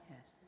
Yes